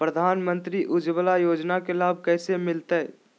प्रधानमंत्री उज्वला योजना के लाभ कैसे मैलतैय?